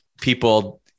people